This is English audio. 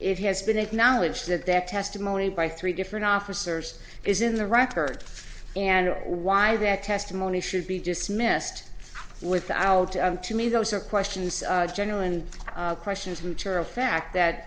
it has been acknowledged that their testimony by three different officers is in the record and why that testimony should be dismissed without unto me those are questions general and questions which are a fact that